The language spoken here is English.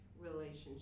relationship